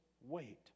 wait